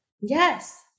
Yes